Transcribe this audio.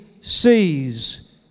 sees